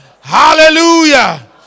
Hallelujah